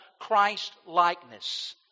Christ-likeness